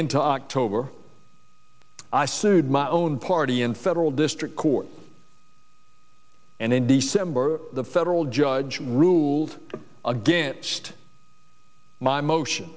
into october i sued my own party in federal district court and in december the federal judge ruled against my motion